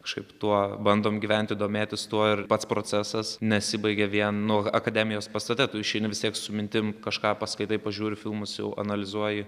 kažkaip tuo bandom gyventi domėtis tuo ir pats procesas nesibaigia vien nu akademijos pastate tu išeini vis tiek su mintim kažką paskaitai pažiūri filmus jau analizuoji